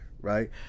right